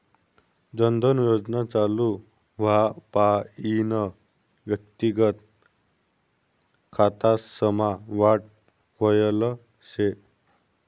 जन धन योजना चालू व्हवापईन व्यक्तिगत खातासमा वाढ व्हयल शे